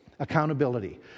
accountability